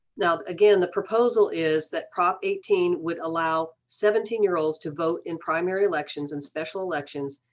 now, again, the proposal is that prop eighteen would allow seventeen year olds to vote in primary elections and special elections,